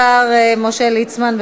השר יעקב ליצמן.